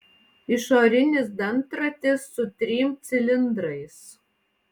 išorinis dantratis su trim cilindrais